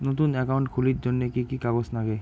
নতুন একাউন্ট খুলির জন্যে কি কি কাগজ নাগে?